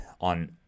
on